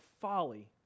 folly